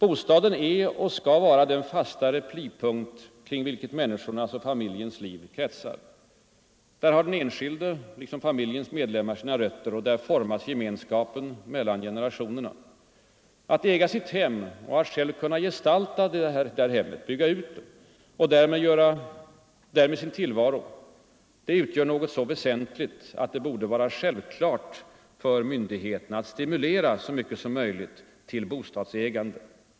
Bostaden är och skall vara den fasta replipunkt kring vilken människornas och familjens liv kretsar. Där har den enskilde och familjens medlemmar sina rötter. Där formas gemenskapen mellan generationerna. Att äga sitt hem, att själv kunna gestalta detta hem och därmed sin tillvaro utgör något så väsentligt, att det borde vara självklart för myndigheterna att stimulera så mycket som möjligt till bostadsägande.